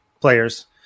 players